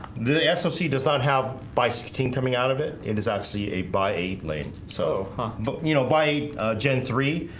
the sfc does not have by sixteen coming out of it it is actually a by eight lane so but you know by g and three